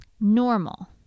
normal